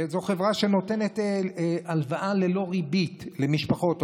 שזו חברה שנותנת הלוואה ללא ריבית למשפחות,